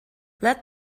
let